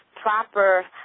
Proper